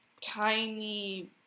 tiny